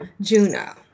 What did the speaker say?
Juno